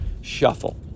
shuffle